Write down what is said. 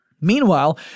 Meanwhile